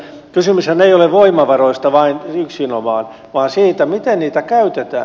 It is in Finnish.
kysymyshän ei ole voimavaroista yksinomaan vaan siitä miten niitä käytetään